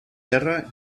terra